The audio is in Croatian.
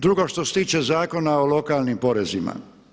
Drugo, što se tiče Zakona o lokalnim porezima.